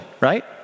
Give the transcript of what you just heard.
right